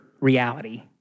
reality